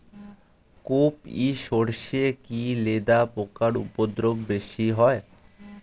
কোপ ই সরষে কি লেদা পোকার উপদ্রব বেশি হয়?